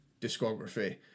discography